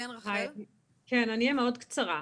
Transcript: אני אהיה מאוד קצרה.